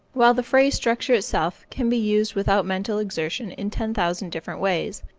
while the phrase-structure itself can be used without mental exertion in ten thousand different ways,